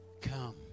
come